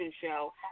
show